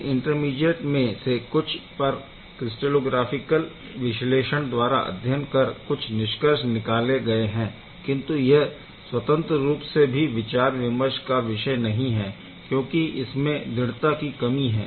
इन intermediate में से कुछ पर क्रिस्टैलोग्राफिकल विश्लेषण द्वारा अध्ययन कर कुछ निष्कर्ष निकले गए है किंतु यह स्वतंत्र रूप से भी विचार विमर्श का विषय नहीं है क्योंकि इसमें ढृढ़ता की कमी है